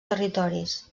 territoris